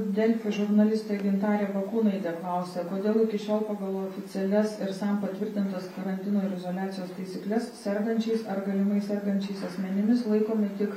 delfi žurnalistė gintarė valkūnaitė klausia kodėl iki šiol pagal oficialias ir sam patvirtintas karantino ir izoliacijos taisykles sergančiais ar galimai sergančiais asmenimis laikomi tik